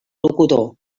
locutor